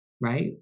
right